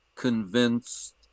convinced